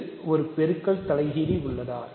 இது ஒரு பெருக்கல் தலைகீழி உள்ளதா